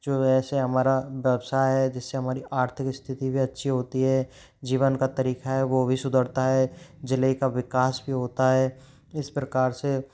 जो वैसे हमारा व्यवसाय है जिससे हमारी आर्थिक स्थिति भी अच्छी होती है जीवन का तरीका है वो भी सुधरता है जिले का विकास भी होता है इस प्रकार से